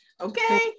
okay